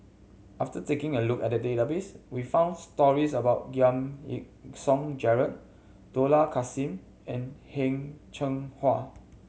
after taking a look at the database we found stories about Giam Yean Song Gerald Dollah Kassim and Heng Cheng Hwa